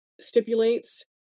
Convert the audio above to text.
stipulates